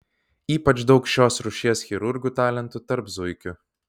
ypač daug šios rūšies chirurgų talentų tarp zuikių